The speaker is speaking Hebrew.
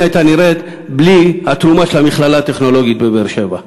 הייתה נראית בלי התרומה של המכללה הטכנולוגית בבאר-שבע.